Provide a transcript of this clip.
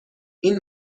این